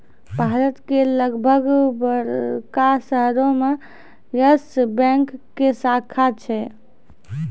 भारत के लगभग बड़का शहरो मे यस बैंक के शाखा छै